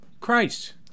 Christ